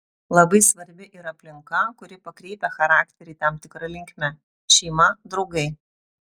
labai svarbi ir aplinka kuri pakreipia charakterį tam tikra linkme šeima draugai